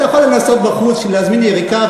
אתה יכול לנסות בחוץ להזמין יריקה,